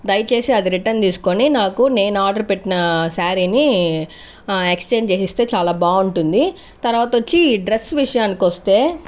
దయచేసి అది రిటర్న్ తీసుకొని నాకు నేను ఆర్డర్ పెట్టిన శారీని ఎక్సేంజ్ చేసిస్తే చాలా బాగుంటుంది తర్వాత వచ్చి డ్రెస్ విషయానికొస్తే